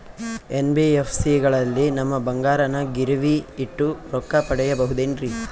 NBFC ಗಳಲ್ಲಿ ನಮ್ಮ ಬಂಗಾರನ ಗಿರಿವಿ ಇಟ್ಟು ರೊಕ್ಕ ಪಡೆಯಬಹುದೇನ್ರಿ?